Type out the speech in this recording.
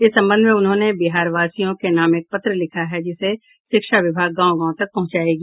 इस संबंध में उन्होंने बिहार वासियों के नाम एक पत्र लिखा है जिसे शिक्षा विभाग गांव गांव तक पहुंचायेगा